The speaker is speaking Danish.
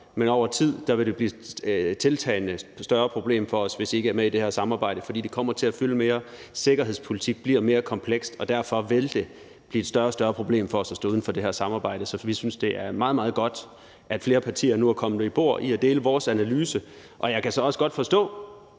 men over tid vil det blive et tiltagende større problem for os, hvis vi ikke er med i det her samarbejde, for det kommer til at fylde mere. Sikkerhedspolitik bliver mere komplekst, og derfor vil det blive et større og større problem for os at stå uden for det her samarbejde. Så vi synes, det er meget, meget godt, at flere partier nu er kommet med om bord og deler vores analyse. Og jeg kan så også godt forstå,